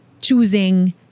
choosing